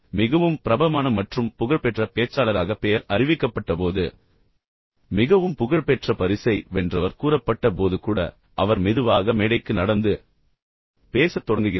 மிகவும் பிரபலமான மற்றும் புகழ்பெற்ற பேச்சாளராக பெயர் அறிவிக்கப்பட்டபோது மற்றும் மிகவும் புகழ்பெற்ற பரிசை வென்றவர் கூறப்பட்ட போது கூட அவர் மெதுவாக மேடைக்கு நடந்து பின்னர் பேசத் தொடங்குகிறார்